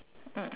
mm